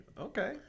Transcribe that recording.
Okay